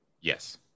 Yes